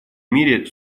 мире